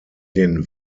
den